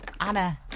Anna